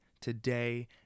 today